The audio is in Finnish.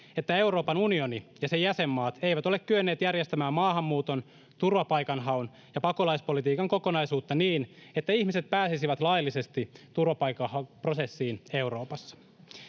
että Euroopan unioni ja sen jäsenmaat eivät ole kyenneet järjestämään maahanmuuton, turvapaikanhaun ja pakolaispolitiikan kokonaisuutta niin, että ihmiset pääsisivät laillisesti turvapaikanhakuprosessiin Euroopassa.